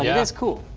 yeah is cool.